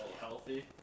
healthy